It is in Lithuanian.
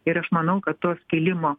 ir aš manau kad tuos kilimo